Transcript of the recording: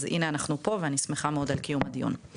אז הנה אנחנו פה ואני שמחה מאוד על קיום הדיון.